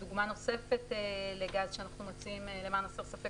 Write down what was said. דוגמה נוספת לגז שאנחנו מציעים למען הסר ספק